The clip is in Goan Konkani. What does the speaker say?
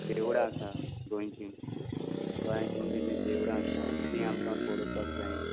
देवळां आसात गोंयची गोंयांत तुमचीं जी देवळां आसात तीं आमकां पळोवपाक जाय